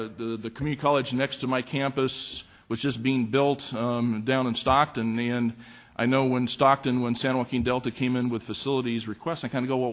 ah the the community college next to my campus was just being built down in stockton and i know when stockton when san joaquin delta came in with facilities requests, i kind of go,